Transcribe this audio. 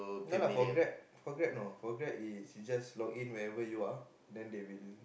no lah for Grab for Grab no for Grab is you just log in wherever you are then they will